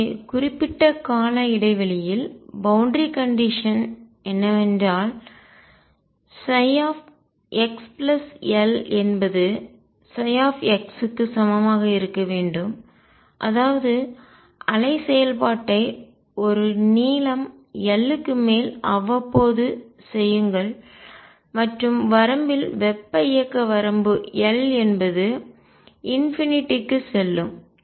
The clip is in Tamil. எனவே குறிப்பிட்ட கால இடைவெளியில் பவுண்டரி கண்டிஷன் எல்லை நிபந்தனை என்னவென்றால் ψ x L என்பது ψ க்கு சமமாக இருக்க வேண்டும் அதாவது அலை செயல்பாட்டை ஒரு நீளம் L க்கு மேல் அவ்வப்போது செய்யுங்கள் மற்றும் வரம்பில் வெப்ப இயக்க வரம்பு L என்பது ∞ க்கு செல்லும்